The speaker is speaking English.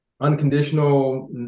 unconditional